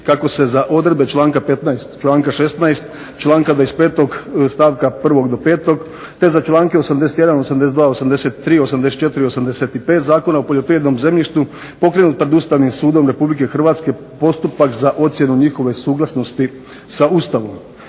kako se za odredbe članka 15. i članka 16., članka 25. stavka 1. do 5. te za članke 81., 82., 83., 84. i 85. Zakona o poljoprivrednom zemljištu pokrenut pred Ustavnim sudom Republike Hrvatske postupak za ocjenu njihove suglasnosti sa Ustavom